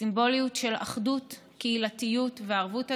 סימבוליות של אחדות, קהילתיות וערבות הדדית,